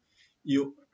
you